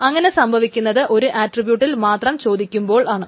അങ്ങനെ സംഭവിക്കുന്നത് ഒരു ആട്രിബ്യൂട്ടിൽ മാത്രം ചോദിക്കുമ്പോൾ ആണ്